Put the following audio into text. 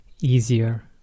easier